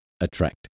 attract